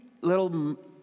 little